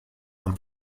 and